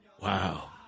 Wow